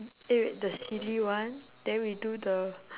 eh wait the silly one then we do the